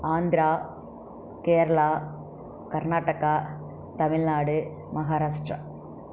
Andhra Kerala Karnataka Tamil Nadu Maharashtra